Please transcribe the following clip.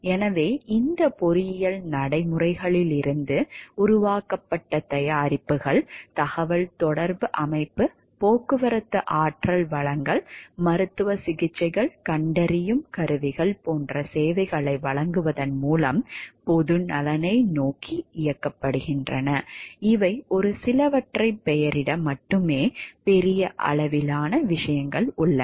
எனவே இந்த பொறியியல் நடைமுறைகளிலிருந்து உருவாக்கப்பட்ட தயாரிப்புகள் தகவல் தொடர்பு அமைப்பு போக்குவரத்து ஆற்றல் வளங்கள் மருத்துவ சிகிச்சைகள் கண்டறியும் கருவிகள் போன்ற சேவைகளை வழங்குவதன் மூலம் பொது நலனை நோக்கி இயக்கப்படுகின்றன இவை ஒரு சிலவற்றை பெயரிட மட்டுமே பெரிய அளவிலான விஷயங்கள் உள்ளன